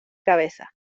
cabeza